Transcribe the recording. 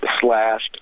slashed